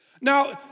Now